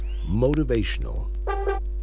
motivational